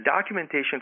documentation